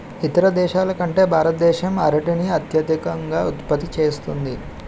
ఇతర దేశాల కంటే భారతదేశం అరటిని అత్యధికంగా ఉత్పత్తి చేస్తుంది